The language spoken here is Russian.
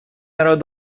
народ